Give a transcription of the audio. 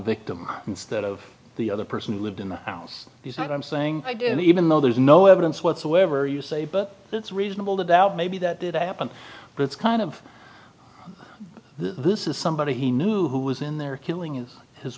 victim instead of the other person who lived in the house he said i'm saying i do even though there's no evidence whatsoever you say but it's reasonable to doubt maybe that did happen but it's kind of this is somebody he knew who was in there killing his